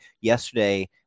yesterday